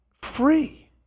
free